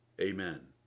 Amen